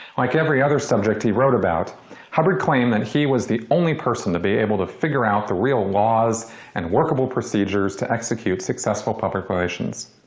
like every subject he wrote about hubbard claimed that he was the only person to be able to figure out the real laws and workable procedures to execute successful public relations.